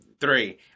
three